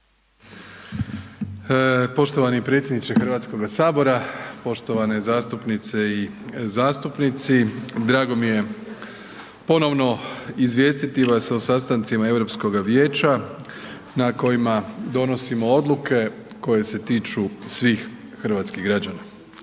Poštovani predsjedniče Hrvatskoga sabora, poštovane zastupnice i zastupnici drago mi je ponovno izvijestiti vas o sastancima Europskoga vijeća na kojima donosimo odluke koje se tiču svih hrvatskih građana.